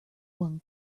one